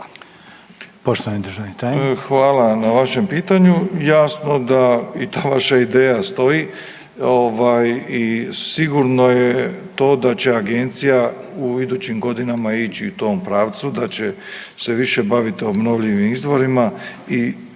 Hvala na vašem pitanju. Jasno da i ta vaša ideja stoji, ovaj i sigurno je to da će Agencija u idućim godinama ići u tom pravcu, da će se više baviti obnovljivim izvorima